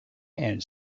and